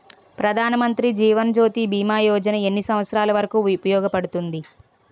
ప్రధాన్ మంత్రి జీవన్ జ్యోతి భీమా యోజన ఎన్ని సంవత్సారాలు వరకు ఉపయోగపడుతుంది?